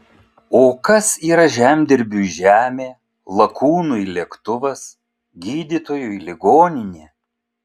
o kas yra žemdirbiui žemė lakūnui lėktuvas gydytojui ligoninė